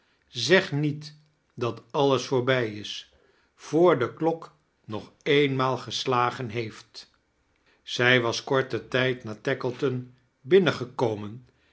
zeg niet dat alios voorbij is voor de klok nog eenmaal geslagen heei t zij was kortein tijd na tackleton binnengekomen